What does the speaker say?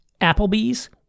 Applebee's